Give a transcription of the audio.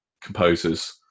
Composer's